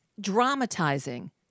dramatizing